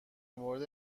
مورد